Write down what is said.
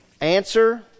Answer